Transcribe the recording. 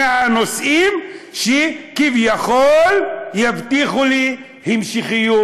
הנושאים שכביכול יבטיחו לי המשכיות,